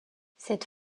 cette